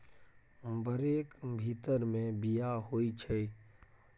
बैरक भीतर मे बीया होइ छै